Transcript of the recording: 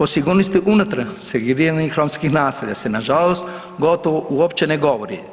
O sigurnosti unutar segregiranih romskih naselja se nažalost gotovo uopće ne govori.